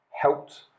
helped